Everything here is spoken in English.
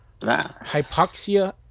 hypoxia